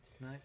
No